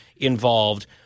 involved